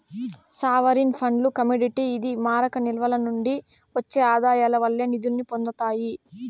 sovereign ఫండ్లు commodity ఇది మారక నిల్వల నుండి ఒచ్చే ఆదాయాల వల్లే నిదుల్ని పొందతాయి